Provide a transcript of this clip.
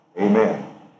Amen